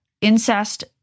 incest